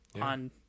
on